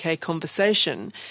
conversation